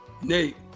Nate